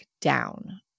down